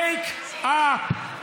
Wake up.